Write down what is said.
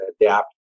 adapt